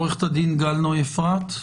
עורכת הדין גל נוי אפרת,